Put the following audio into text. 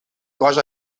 cos